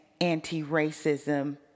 anti-racism